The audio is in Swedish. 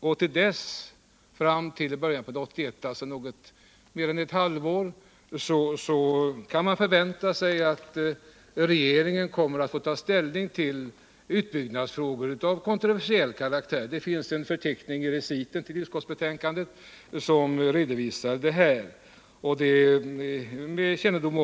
Under tiden fram till dess, alltså under något mer än ett halvår, kan man förvänta sig att regeringen kommer att få ta ställning till utbyggnadsfrågor av kontroversiell karaktär. Det finns en förteckning i reciten till utskottsbetänkandet som redovisar vilka frågor som kan bli aktuella.